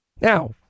Now